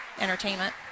entertainment